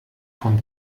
vom